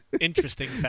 Interesting